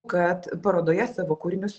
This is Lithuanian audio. kad parodoje savo kūrinius